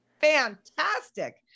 fantastic